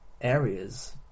areas